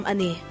Ani